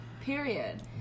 Period